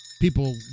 People